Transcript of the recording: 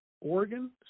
Oregon